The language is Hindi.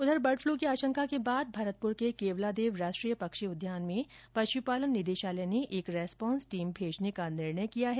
उधर बर्ड फ्लू की आशंका के बाद भरतपुर के केवलादेव राष्ट्रीय पक्षी उद्यान में पशुपालन निदेशालय ने एक रेस्पॉन्स टीम भेजने का निर्णय किया है